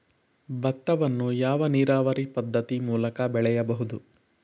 ಭತ್ತವನ್ನು ಯಾವ ನೀರಾವರಿ ಪದ್ಧತಿ ಮೂಲಕ ಬೆಳೆಯಬಹುದು?